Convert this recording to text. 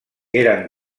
eren